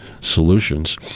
solutions